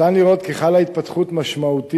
ניתן לראות כי חלה התפתחות משמעותית